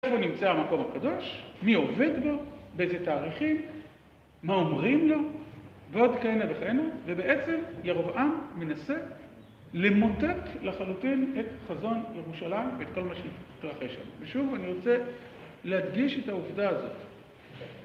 איפה נמצא המקום הקדוש, מי עובד בו, באיזה תאריכים, מה אומרים לו, ועוד כהנה וכהנה, ובעצם ירובעם מנסה למוטט לחלוטין את חזון ירושלים ואת כל מה שהתרחש שם. ושוב אני רוצה להדגיש את העובדה הזאת